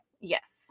yes